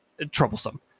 troublesome